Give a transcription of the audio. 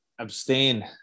abstain